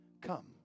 Come